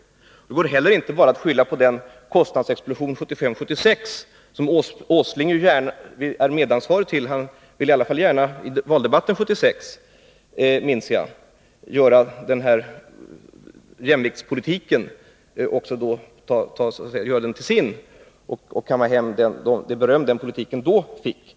Det går inte heller att skylla på den kostnadsexplosion 1975-1976 som Nils Åsling åberopade och han i så fall är medansvarig till. Jag minns att han i valdebatten 1976 gärna ville göra den här jämviktsriksdagspolitiken till sin och kamma hem det beröm som den politiken fick då.